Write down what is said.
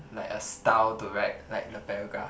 like a style to write like the paragraph